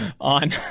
on